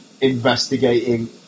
investigating